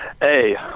Hey